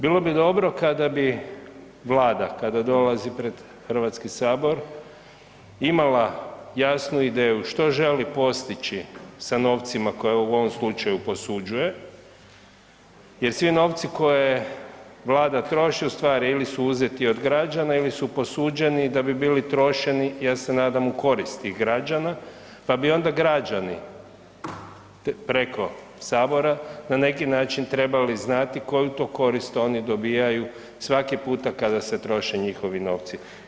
Bilo bi dobro kada bi Vlada, kada dolazi pred Hrvatski sabor imala jasnu ideju što želi postići sa novcima koje u ovom slučaju posuđuje jer svi novci koje Vlada troši ustvari ili su uzeti od građana ili su posuđeni da bi bili trošeni ja se nadam u koristi tih građana, pa bi onda građani preko sabora na neki način trebali znati koju to korist oni dobivaju svaki puta kada se troše njihovi novci.